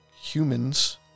humans